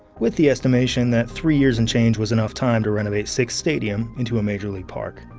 with the estimation that three years and change was enough time to renovate sick's stadium into a major league park.